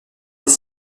des